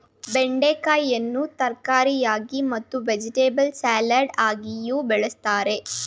ಬೆಂಡೆಕಾಯಿಯನ್ನು ತರಕಾರಿಯಾಗಿ ಮತ್ತು ವೆಜಿಟೆಬಲ್ ಸಲಾಡಗಿಯೂ ಬಳ್ಸತ್ತರೆ